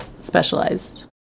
specialized